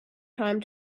time